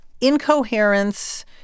incoherence